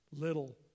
little